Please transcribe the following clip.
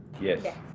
Yes